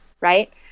Right